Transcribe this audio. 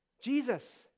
Jesus